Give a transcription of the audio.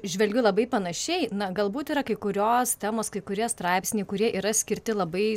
žvelgiu labai panašiai na galbūt yra kai kurios temos kai kurie straipsniai kurie yra skirti labai